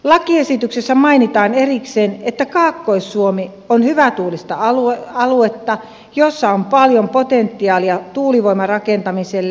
lakiesityksessä mainitaan erikseen että kaakkois suomi on hyvätuulista aluetta jossa on paljon potentiaalia tuulivoimarakentamiselle